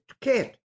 kit